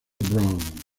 brown